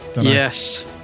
yes